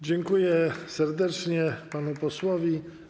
Dziękuję serdecznie panu posłowi.